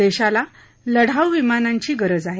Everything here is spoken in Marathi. देशाला लढाऊ विमानांची गरज आहे